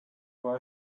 war